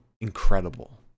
incredible